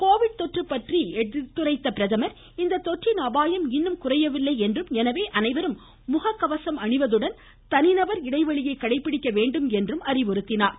Covid தொற்று பற்றி எடுத்துரைத்த பிரதமர் இத்தொற்றின் அபாயம் இன்னும் குறையவில்லை என்றும் எனவே அனைவரும் முககவசம் அணிவதுடன் தனிநபர் இடைவெளியை கடைபிடிக்க வேண்டும் என்றும் வலியுறுத்தினார்